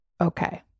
Okay